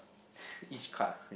each card